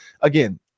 again